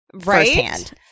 firsthand